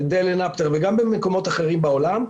ידי אלן אפטר וגם במקומות אחרים בעולם,